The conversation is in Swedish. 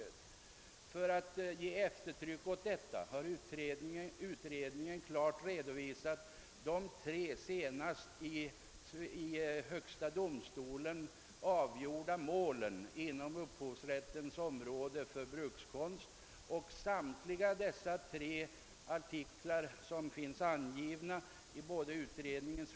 För att ge eftertryck åt sin: uppfattning har utredningen klart redo-- visat tre i högsta domstolen avgjorda: mål avseende brukskonst inom upphovsrättens område. Samtliga ifrågavarande: tre artiklar som angivits i utredningens.